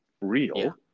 real